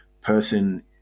person